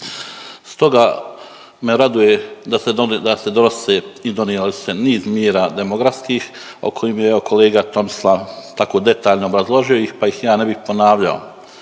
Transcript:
Stoga me raduje da se donose i donijeli ste niz mjera demografskih o kojima je evo kolega Tomislav tako detaljno obrazložio ih pa ih ja ne bih ponavljao.